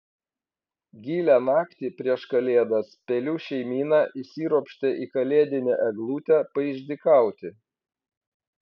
gilią naktį prieš kalėdas pelių šeimyna įsiropštė į kalėdinę eglutę paišdykauti